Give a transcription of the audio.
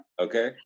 Okay